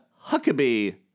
Huckabee